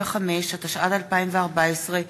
25), התשע"ד 2014,